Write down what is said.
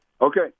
Okay